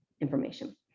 information